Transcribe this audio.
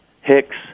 Hicks